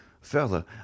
Further